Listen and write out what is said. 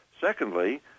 Secondly